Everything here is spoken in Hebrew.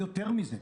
יותר מזה,